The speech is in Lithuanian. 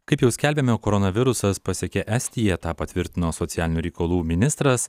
kaip jau skelbėme koronavirusas pasiekė estiją tą patvirtino socialinių reikalų ministras